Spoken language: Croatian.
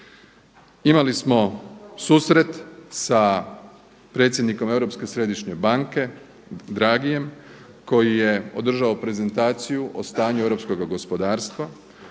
Imali smo susret sa predsjednikom Europske središnje banke DRaghiem koji je održao prezentaciju o stanju europskog gospodarstva